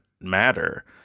matter